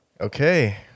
Okay